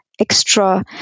extra